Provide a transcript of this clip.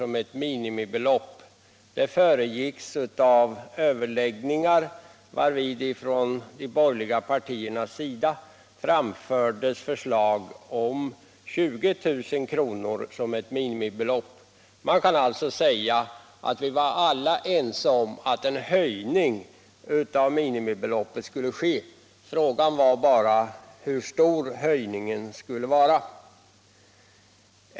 som ett aktiebolags minimikapital föregicks av överläggningar, vari de borgerliga partierna framförde förslag om 20 000 kr. som ett minimibelopp. Man kan alltså säga att vi alla var ense om att en höjning av minimibeloppet skulle ske, frågan var bara hur stor denna höjning skulle vara.